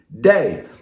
day